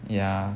ya